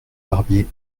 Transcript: barbier